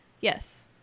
Yes